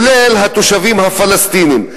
כולל התושבים הפלסטינים.